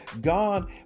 God